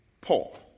Paul